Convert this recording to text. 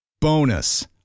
Bonus